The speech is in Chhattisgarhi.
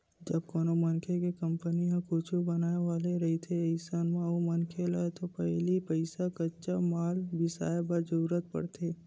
जब कोनो मनखे के कंपनी ह कुछु बनाय वाले रहिथे अइसन म ओ मनखे ल तो पहिली पइसा कच्चा माल बिसाय बर जरुरत पड़थे